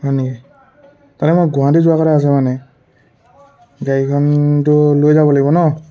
হয় নেকি তাৰমানে মই গুৱাহাটী যোৱাৰ কথা আছে মানে গাড়ীখনটো লৈ যাব লাগিব ন